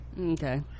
okay